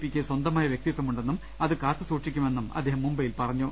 പിയ്ക്ക് സ്വന്തമായ വ്യക്തിത്വമുണ്ടെന്നും അത് കാത്തുസൂക്ഷിക്കുമെന്നും അദ്ദേഹം മുംബൈയിൽ പറഞ്ഞു